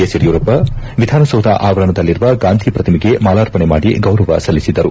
S Yediyurappa Vidhana Soudha ಆವರಣದಲ್ಲಿರುವ ಗಾಂಧಿ ಪ್ರತಿಮೆಗೆ ಮಾಲಾರ್ಪಣೆ ಮಾಡಿ ಗೌರವ ಸಲ್ಲಿಸಿದರು